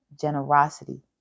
generosity